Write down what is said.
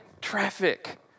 traffic